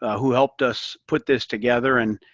who helped us put this together. and,